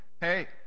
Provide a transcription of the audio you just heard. hey